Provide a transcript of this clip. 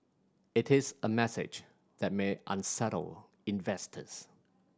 it is a message that may unsettle investors